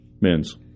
Men's